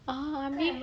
ah I mean